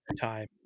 time